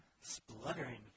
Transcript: Spluttering